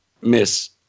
miss